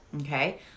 Okay